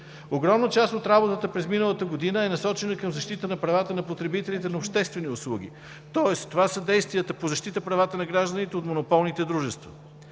Огромна част от работата през миналата година е насочена към защита на правата на потребителите на обществени услуги, тоест това са действията по защита правата на гражданите от монополните дружества.